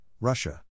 Russia